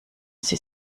sie